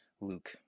Luke